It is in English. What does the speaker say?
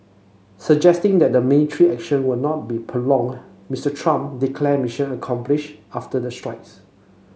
suggesting that the military action would not be prolonged Mister Trump declared mission accomplished after the strikes